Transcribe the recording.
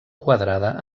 quadrada